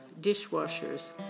dishwashers